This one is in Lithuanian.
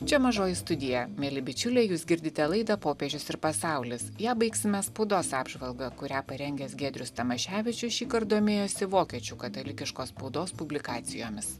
čia mažoji studija mieli bičiuliai jūs girdite laidą popiežius ir pasaulis ją baigsime spaudos apžvalga kurią parengęs giedrius tamaševičius šįkart domėjosi vokiečių katalikiškos spaudos publikacijomis